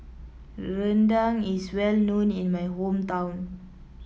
Rendang is well known in my hometown